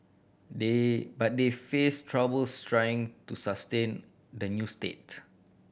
they but they face troubles trying to sustain the new state